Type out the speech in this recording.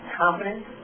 confidence